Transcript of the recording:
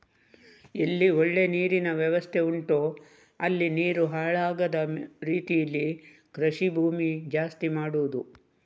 ಎಲ್ಲಿ ಒಳ್ಳೆ ನೀರಿನ ವ್ಯವಸ್ಥೆ ಉಂಟೋ ಅಲ್ಲಿ ನೀರು ಹಾಳಾಗದ ರೀತೀಲಿ ಕೃಷಿ ಭೂಮಿ ಜಾಸ್ತಿ ಮಾಡುದು